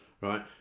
right